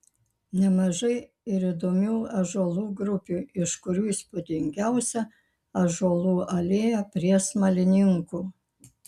nemažai ir įdomių ąžuolų grupių iš kurių įspūdingiausia ąžuolų alėja prie smalininkų